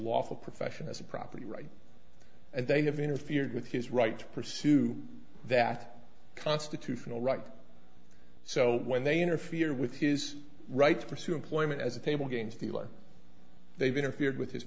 lawful profession as a property right and they have interfered with his right to pursue that constitutional right so when they interfere with his right to pursue employment as a table against the law they've interfered with his